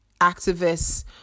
activists